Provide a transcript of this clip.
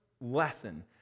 lesson